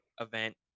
event